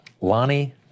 Lonnie